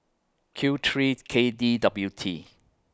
Q three K D W T